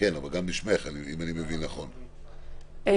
האם תביעה נזיקית היא המענה למניעת אלימות כלכלית או שהיא תעצים אותה?